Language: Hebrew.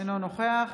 אינו נוכח